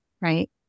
right